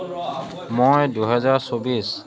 মই দুহেজাৰ চৌবিছ